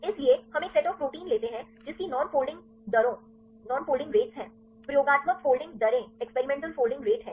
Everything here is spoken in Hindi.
इसलिए हम एक सेट ऑफ़ प्रोटीन लेते है जिसकी नॉन फोल्डिंग दरों है प्रयोगात्मक फोल्डिंग दरों है